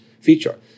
feature